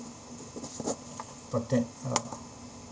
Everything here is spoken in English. protect oh